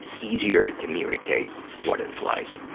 easier to communicate what it's like.